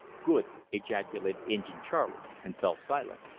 good! ejaculated injin charley, and fell silent.